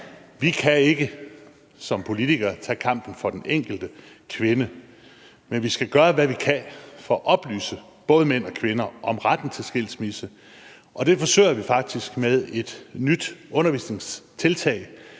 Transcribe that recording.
Vi kan ikke som politikere tage kampen for den enkelte kvinde, men vi skal gøre, hvad vi kan for at oplyse både mænd og kvinder om retten til skilsmisse, og det forsøger vi faktisk med et nyt undervisningstiltag,